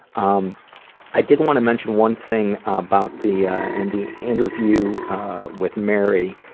um i did want to mention one thing about the ah and the interview with mary.